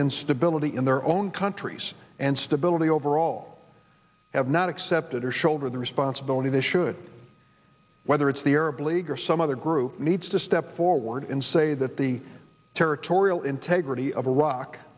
in stability in their own countries and stability overall i have not accepted her shoulder the responsibility the should whether it's the arab league or some other group needs to step forward and say that the territorial integrity of